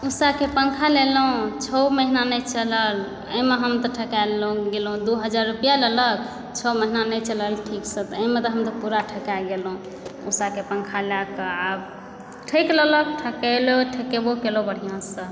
उषाके पङ्खा लेलहुँ छओ महीना नहि चलल ओहिमे हम तऽ ठका गेलौंहुँ दू हजार रुपैआ लेलक छओ महीना नहि चलल चलल ठीकसंँ तऽ एहिमे तऽ हम पूरा ठका गेलहुँ उषाके पङ्खा लए कऽ आ ठकि लेलक ठकेलहुँ ठकेबो केलहुँ बढ़िआँसंँ